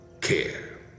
care